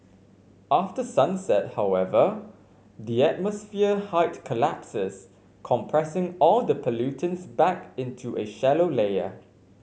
after sunset however the atmosphere height collapses compressing all the pollutants back into a shallow layer